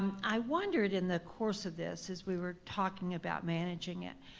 and i wondered in the course of this as we were talking about managing it,